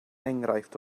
enghraifft